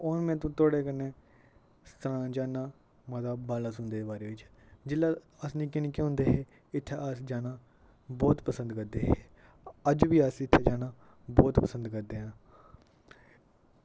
हून में थोआड़े कन्नै सनाना चाह्नां माता बालासुंदरी दे बारे विच जेल्लै अस निक्के निक्के होंदे हे इत्थै अस जाना बोह्त पसंद करदे हे अज वी अस इत्थै जाना बोह्त पसंद करदे आं